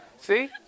See